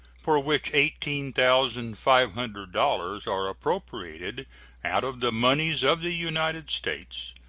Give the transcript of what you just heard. for which eighteen thousand five hundred dollars are appropriated out of the moneys of the united states,